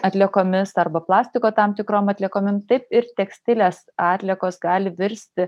atliekomis arba plastiko tam tikrom atliekom taip ir tekstilės atliekos gali virsti